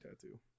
tattoo